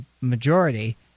majority